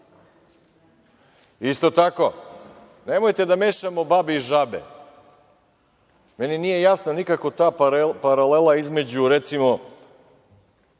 tako, nemojte da mešamo babe i žabe. Meni nije jasna nikako ta paralela između, recimo,